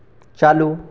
चालू